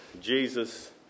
Jesus